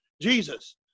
jesus